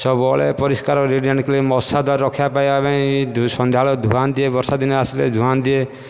ସବୁବେଳେ ପରିସ୍କାର neat and clean ମଶା ଦାଉରୁ ରକ୍ଷା ପାଇବା ପାଇଁ ସନ୍ଧ୍ୟାବେଳେ ଧୁଆଁ ଦିଏ ବର୍ଷାଦିନ ଆସିଲେ ଧୂଆଁ ଦିଏ